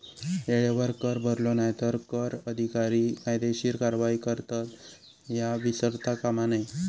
येळेवर कर भरलो नाय तर कर अधिकारी कायदेशीर कारवाई करतत, ह्या विसरता कामा नये